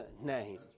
name